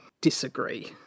disagree